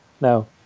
No